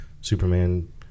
Superman